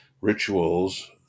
rituals